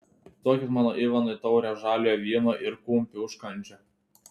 duokite mano ivanui taurę žaliojo vyno ir kumpį užkandžio